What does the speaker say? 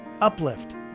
Uplift